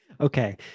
Okay